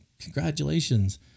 congratulations